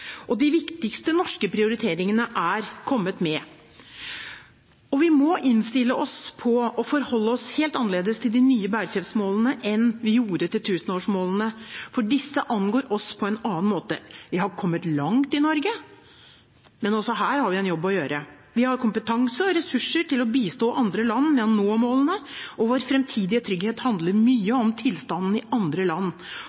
Og de viktigste norske prioriteringene er kommet med. Vi må innstille oss på å forholde oss helt annerledes til de nye bærekraftsmålene enn vi gjorde til tusenårsmålene, for disse angår oss på en annen måte. Vi har kommet langt i Norge, men også her har vi en jobb å gjøre. Vi har kompetanse og ressurser til å bistå andre land med å nå målene, og vår fremtidige trygghet handler mye om tilstanden i andre land.